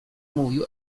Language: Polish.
mówił